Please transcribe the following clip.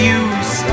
use